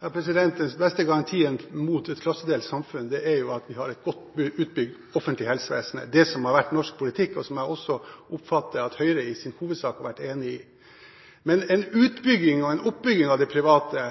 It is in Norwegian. Den beste garantien mot et klassedelt samfunn er at vi har et godt utbygd offentlig helsevesen. Det er det som har vært norsk politikk, som jeg også oppfatter at Høyre i hovedsak har vært enig i. En utbygging og en oppbygging av det private